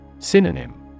Synonym